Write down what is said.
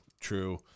True